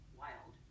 wild